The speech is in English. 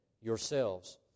yourselves